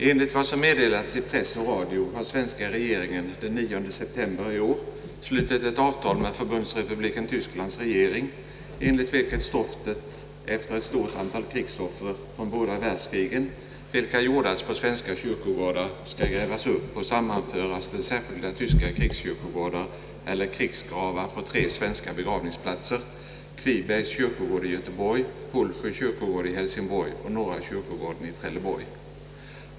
Enligt vad som meddelats i press och TV har svenska regeringen den 9 september i år slutit ett avtal med Förbundsrepubliken Tysklands regering, enligt vilket stoften efter ett stort antal krigsoffer från båda världskrigen, vilka jordats på svenska kyrkogårdar, skall grävas upp och sammanföras till särskilda tyska krigskyrkogårdar eller krigsgravar på tre svenska begravningsplatser: Kvibergs kyrkogård i Göteborg, Pålsjö kyrkogård i Hälsingborg och Norra kyrkogården i Trelleborg.